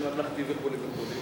של ממלכתי וכו' וכו'.